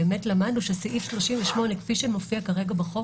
באמת למדנו שסעיף 38 כפי שמופיע כרגע בחוק,